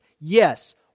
Yes